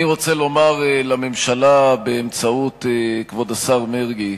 אני רוצה לומר לממשלה, באמצעות כבוד השר מרגי: